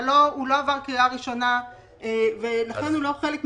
אבל הוא לא עבר קריאה ראושנה ולכן הוא לא חלק מהחוק.